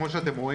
קדימה, פרופ'